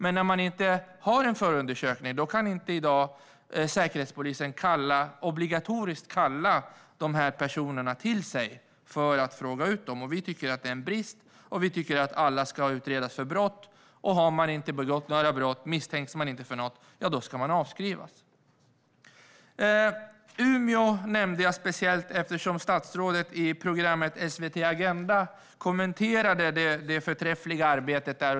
Men om man inte har en förundersökning kan Säkerhetspolisen inte, som det är i dag, obligatoriskt kalla dessa personer till sig för att fråga ut dem. Vi tycker att detta är en brist. Vi tycker att alla ska utredas för brott, och om man inte har begått några brott och inte misstänks för någonting ska man avskrivas. Umeå nämnde jag speciellt eftersom statsrådet i SVT-programmet Agenda kommenterade det förträffliga arbetet där.